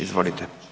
Izvolite.